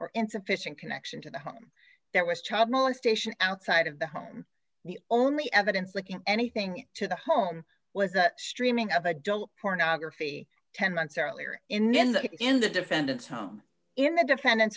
or insufficient connection to the home that was child molestation outside of the home the only evidence linking anything to the home was that streaming of adult pornography ten months earlier in the in the defendant's home in the defendant